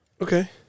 Okay